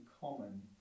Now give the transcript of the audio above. common